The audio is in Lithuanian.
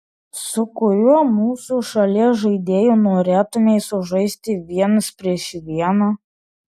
su kuriuo mūsų šalies žaidėju norėtumei sužaisti vienas prieš vieną